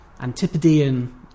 Antipodean